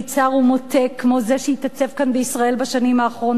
צר ומוטה כמו זה שהתעצב כאן בישראל בשנים האחרונות,